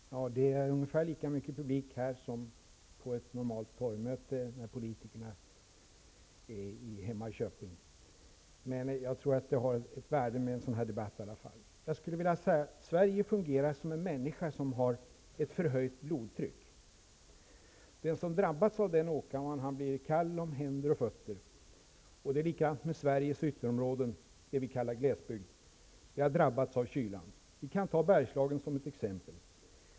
Herr talman! Det är ungefär lika mycket publik här i salen som på ett normalt politiskt torgmöte hemma i Köping, men jag tror ändå att en sådan här debatt har ett värde. Sverige fungerar som en människa med förhöjt blodtryck. Den som drabbats av den åkomman blir kall om händer och fötter. Sveriges ytterområden -- det vi kallar glesbygd -- har drabbats av kylan. Ta Bergslagen som ett exempel.